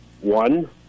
One